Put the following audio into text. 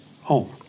home